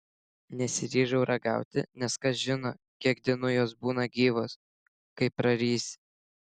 nesiryžau ragauti nes kas žino kiek dienų jos būna gyvos kai prarysi